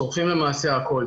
שורפים למעשה הכל.